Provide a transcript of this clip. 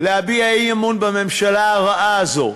להביע אי-אמון בממשלה הרעה הזאת.